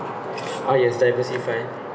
ah yes diversify